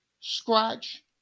scratch